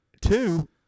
Two